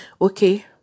okay